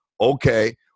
okay